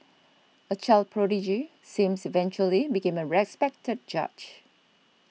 a child prodigy seems eventually became a respected judge